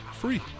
Free